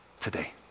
today